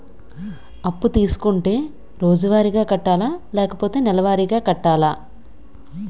అప్పు తీసుకుంటే రోజువారిగా కట్టాలా? లేకపోతే నెలవారీగా కట్టాలా?